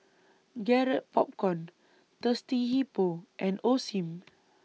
Garrett Popcorn Thirsty Hippo and Osim